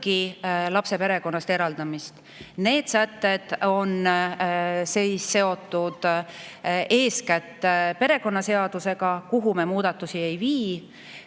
lapse perekonnast eraldamist. Need sätted on seotud eeskätt perekonnaseadusega, kus me muudatusi ei tee.